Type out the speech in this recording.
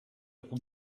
hut